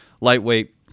lightweight